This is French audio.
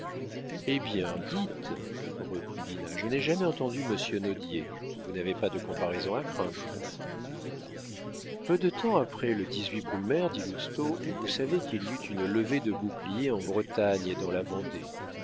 eh bien dites reprit dinah je n'ai jamais entendu monsieur nodier vous n'avez pas de comparaison à craindre peu de temps après le brumaire dit lousteau vous savez qu'il y eut une levée de boucliers en bretagne et dans la vendée